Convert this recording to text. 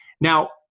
Now